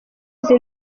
izi